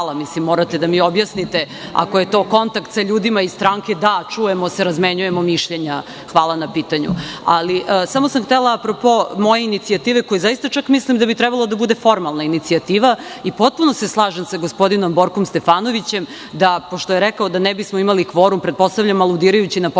vas centrala, morate da mi objasnite? Ako je to kontakt sa ljudima iz stranke, da, čujemo se, razmenjujemo mišljenja, hvala na pitanju. Samo sam htela apropo moje inicijative, mislim da bi trebalo da bude formalna inicijativa i potpuno se slažem sa gospodinom Borkom Stefanovićem, pošto je rekao da ne bismo imali kvorum, pretpostavljam aludirajući na poslanike